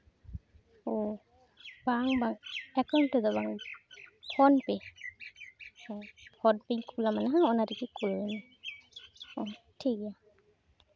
ᱳ ᱵᱟᱝ ᱵᱟᱝ ᱮᱠᱟᱣᱩᱱᱴ ᱨᱮᱫᱚ ᱵᱟᱝ ᱯᱷᱳᱱ ᱯᱮ ᱦᱮᱸ ᱯᱷᱳᱱ ᱯᱮᱧ ᱠᱩᱞᱟᱢᱟ ᱦᱟᱸᱜ ᱚᱱᱟ ᱨᱮᱜᱮ ᱠᱩᱞᱟ ᱞᱮ ᱢᱮ ᱳ ᱴᱷᱤᱠ ᱜᱮᱭᱟ